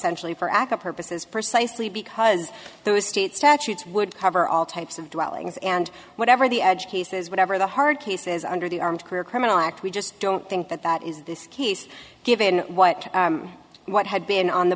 sentially for aca purposes precisely because was there a state statutes would cover all types of dwellings and whatever the edge cases whatever the hard cases under the arms career criminal act we just don't think that that is this case given what what had been on the